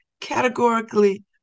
categorically